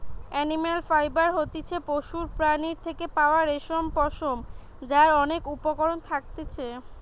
animal fibre হতিছে পশুর প্রাণীর থেকে পাওয়া রেশম, পশম যার অনেক উপকরণ থাকতিছে